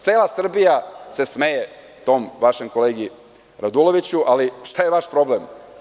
Cela Srbija se smeje tom vašem kolegi Raduloviću, ali šta je vaš problem?